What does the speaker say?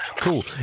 cool